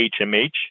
HMH